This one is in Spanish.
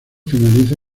finaliza